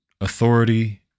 authority